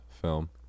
film